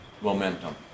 momentum